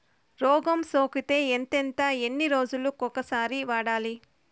రోగం సోకితే ఎంతెంత ఎన్ని రోజులు కొక సారి వాడాలి?